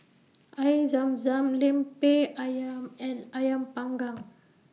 Air Zam Zam Lemper Ayam and Ayam Panggang